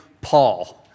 Paul